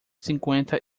cinquenta